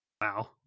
wow